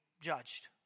judged